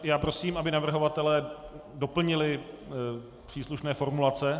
Já prosím, aby navrhovatelé doplnili příslušné formulace.